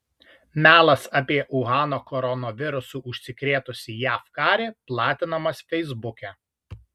melas apie uhano koronavirusu užsikrėtusį jav karį platinamas feisbuke